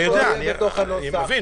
אני מבין.